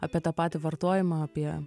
apie tą patį vartojimą apie